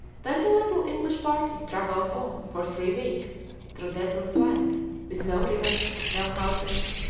then the little english party travelled on for three weeks through desolate land with no rivers, no houses,